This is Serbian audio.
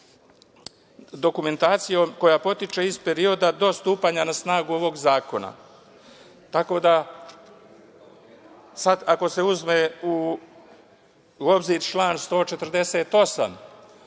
dokumentacijom koja potiče iz perioda do stupanja snagu ovog zakona. Tako da, ako se uzme u obzir član 148,